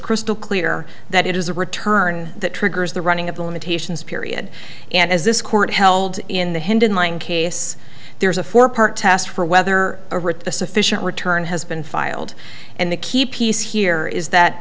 crystal clear that it is a return that triggers the running of the limitations period and as this court held in the handling case there's a four part test for whether or at the sufficient return has been filed and the key piece here is that